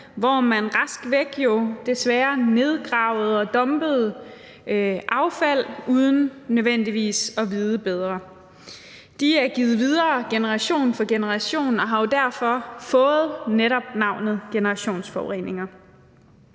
hvor man jo raskvæk desværre nedgravede og dumpede affald uden nødvendigvis at vide bedre. Det er givet videre generation for generation og har derfor netop fået navnet generationsforureninger.